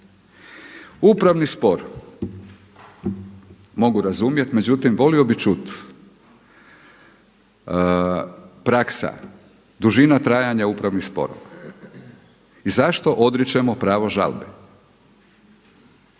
Upravni spor mogu razumjeti, međutim volio bih čuti praksa, dužina trajanja upravnih sporova i zašto odričemo pravo žalbe.